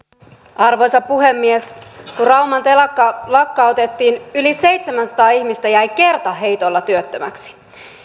arvoisa puhemies kun rauman telakka lakkautettiin yli seitsemänsataa ihmistä jäi kertaheitolla työttömäksi